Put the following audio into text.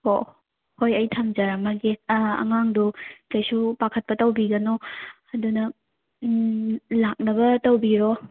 ꯑꯣ ꯍꯣꯏ ꯑꯩ ꯊꯝꯖꯔꯝꯃꯒꯦ ꯑꯉꯥꯡꯗꯨ ꯀꯩꯁꯨ ꯄꯥꯈꯠꯄ ꯇꯧꯕꯤꯒꯅꯨ ꯑꯗꯨꯅ ꯂꯥꯛꯅꯕ ꯇꯧꯕꯤꯔꯣ